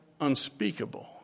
unspeakable